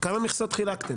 כמה מכסות חילקתם?